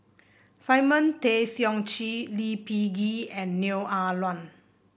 Simon Tay Seong Chee Lee Peh Gee and Neo Ah Luan